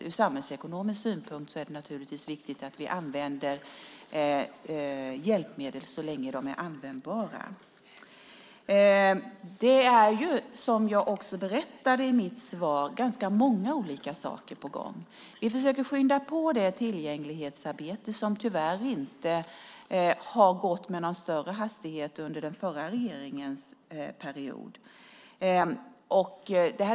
Ur samhällsekonomisk synpunkt är det naturligtvis viktigt att hjälpmedlen används så länge som de är användbara. Som jag berättade i mitt svar är det ganska många olika saker på gång. Vi försöker skynda på det tillgänglighetsarbete som tyvärr inte gick med någon större hastighet under den förra regeringsperioden.